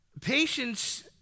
Patience